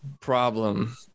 problem